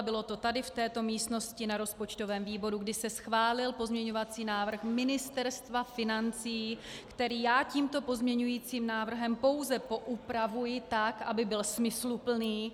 Bylo to tady v této místnosti na rozpočtovém výboru, kdy se schválil pozměňující návrh Ministerstva financí, který já tímto pozměňujícím návrhem pouze poupravuji tak, aby byl smysluplný.